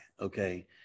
okay